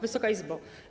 Wysoka Izbo!